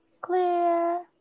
Clear